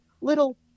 little